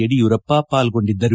ಯಡಿಯೂರಪ್ಪ ಪಾಲ್ಗೊಂಡಿದ್ದರು